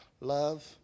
love